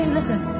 Listen